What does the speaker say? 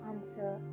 answer